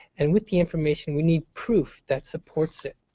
and with the information, we need proof that supports it.